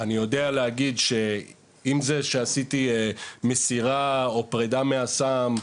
אני יודע להגיד שעם זה שעשיתי מסירה או פרידה מהסם,